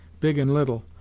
big and little,